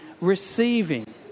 receiving